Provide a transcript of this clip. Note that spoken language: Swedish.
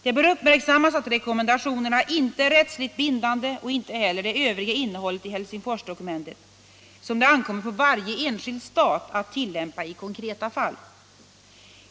Det bör uppmärksammas att rekommendationerna inte är rättsligt bindande och inte heller det övriga innehållet i Helsingforsdokumentet, som det ankommer på varje enskild stat att tillämpa i konkreta fall.